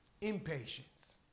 Impatience